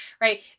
right